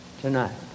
tonight